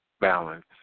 balance